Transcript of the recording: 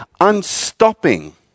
unstopping